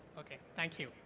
okay, thank you.